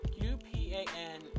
U-P-A-N